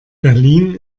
berlin